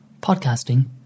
Podcasting